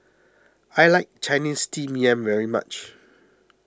I like Chinese Steamed Yam very much